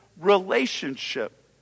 relationship